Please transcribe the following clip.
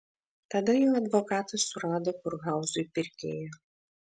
tada jo advokatas surado kurhauzui pirkėją